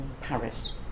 Paris